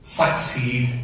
succeed